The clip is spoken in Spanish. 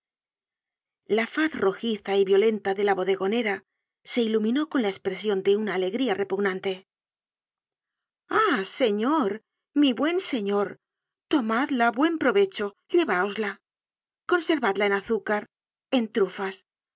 la faz rojiza y violenta de la bodegonera se iluminó con la espresion de una alegría repugnante ah señor mi buen señor tomadla buen provecho lleváosla conservad en azúcar en trufas